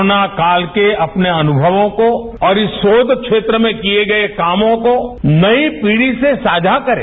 corona काल के अपने अनुभवों को और इस शोध क्षेत्र में किए गए कामों को नई पीढी से साझा करें